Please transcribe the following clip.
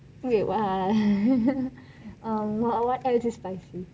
wait what what what else is spicy